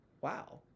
wow